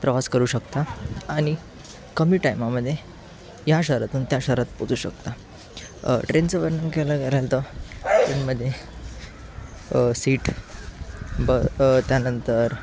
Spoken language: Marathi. प्रवास करू शकता आणि कमी टायमामध्ये या शहरातून त्या शहरात पोहचू शकता ट्रेनचं वर्णन करायला गेलं आहे तर ट्रेनमध्ये सीट ब त्यानंतर